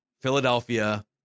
philadelphia